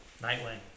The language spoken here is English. Nightwing